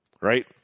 right